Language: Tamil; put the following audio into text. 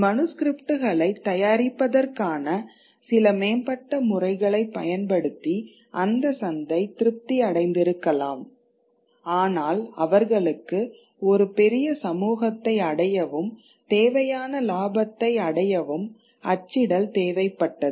மனுஸ்க்ரிப்ட்களைத் தயாரிப்பதற்கான சில மேம்பட்ட முறைகளைப் பயன்படுத்தி அந்த சந்தை திருப்தி அடைந்திருக்கலாம் ஆனால் அவர்களுக்கு ஒரு பெரிய சமூகத்தை அடையவும் தேவையான லாபத்தை அடையவும் அச்சிடல் தேவைப்பட்டது